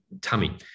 tummy